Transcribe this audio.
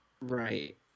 right